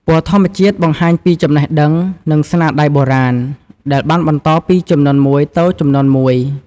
ពណ៌ធម្មជាតិបង្ហាញពីចំណេះដឹង និងស្នាដៃបុរាណ ដែលបានបន្តពីជំនាន់មួយទៅជំនាន់មួយ។